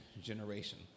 generation